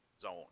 zone